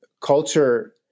culture